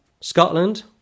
Scotland